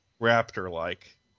raptor-like